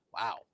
Wow